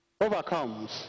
overcomes